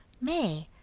may.